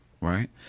right